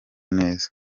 neza